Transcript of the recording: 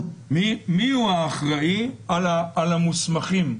מי הוא האחראי על המוסמכים,